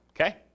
Okay